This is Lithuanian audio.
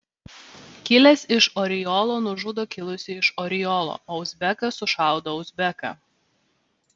kilęs iš oriolo nužudo kilusį iš oriolo o uzbekas sušaudo uzbeką